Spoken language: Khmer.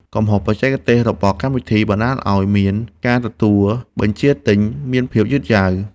កំហុសបច្ចេកទេសរបស់កម្មវិធី បណ្ដាលឱ្យការទទួលបញ្ជាទិញមានភាពយឺតយ៉ាវ។